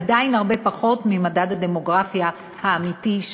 עדיין הרבה פחות ממדד הדמוגרפיה האמיתי,